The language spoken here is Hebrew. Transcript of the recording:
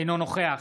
אינו נוכח